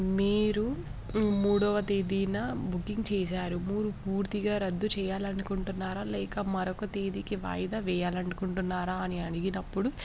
మీరు మూడవ తేదీన బుకింగ్ చేశారు మూరు పూర్తిగా రద్దు చేయాలి అనుకుంటున్నారా లేక మరొక తేదీకి వాయిదా వేయాలి అనుకుంటున్నారా అని అడిగినప్పుడు